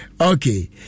Okay